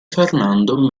fernando